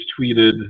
tweeted